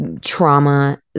trauma